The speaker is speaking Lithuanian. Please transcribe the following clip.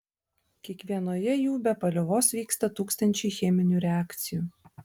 kiekvienoje jų be paliovos vyksta tūkstančiai cheminių reakcijų